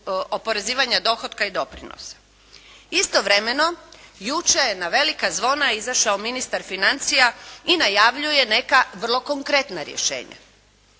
oporezivanja dohotka i doprinosa. Istovremeno, jučer je na velika zvona izašao ministar financija i najavljuje neka vrlo konkretna rješenja.